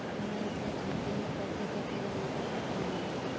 मैं अपने खाते में पैसे कैसे जमा कर सकता हूँ?